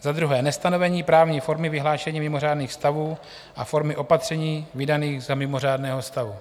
Za druhé nestanovení právní formy vyhlášení mimořádných stavů a formy opatření vydaných za mimořádného stavu.